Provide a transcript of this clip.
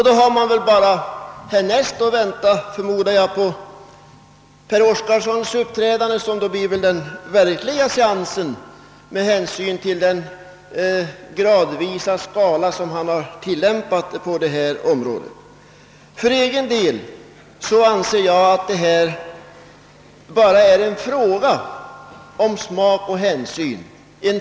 Då har man väl här: näst, förmodar jag, att vänta Per Oscarssons uppträdande som väl då blir den verkliga seansen med hänsyn till den stigande skala som han tilllämpat på detta område. För egen del anser jag att det här bara är en fråga om smak och hänsyn.